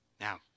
now